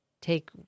take